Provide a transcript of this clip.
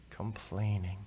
complaining